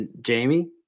Jamie